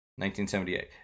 1978